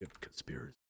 conspiracy